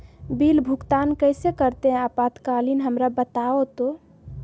Bill भुगतान कैसे करते हैं आपातकालीन हमरा बताओ तो?